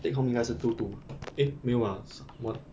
take home 应该是 two two eh 没有 lah 是 one